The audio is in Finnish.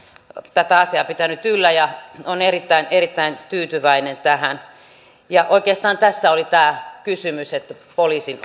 tätä asiaa pitänyt yllä ja on erittäin erittäin tyytyväinen tähän oikeastaan tässä oli tämä kysymys poliisin